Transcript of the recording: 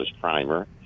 primer